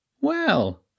Well